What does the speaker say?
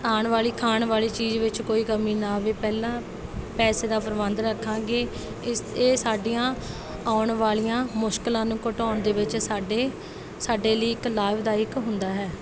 ਆਉਣ ਵਾਲੀ ਖਾਣ ਵਾਲੀ ਚੀਜ਼ ਵਿੱਚ ਕੋਈ ਕਮੀ ਨਾ ਆਵੇ ਪਹਿਲਾਂ ਪੈਸੇ ਦਾ ਪ੍ਰਬੰਧ ਰੱਖਾਂਗੇ ਇਸ ਇਹ ਸਾਡੀਆਂ ਆਉਣ ਵਾਲੀਆਂ ਮੁਸ਼ਕਲਾਂ ਨੂੰ ਘਟਾਉਣ ਦੇ ਵਿੱਚ ਸਾਡੇ ਸਾਡੇ ਲਈ ਇੱਕ ਲਾਭਦਾਇਕ ਹੁੰਦਾ ਹੈ